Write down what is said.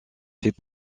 fait